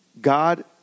God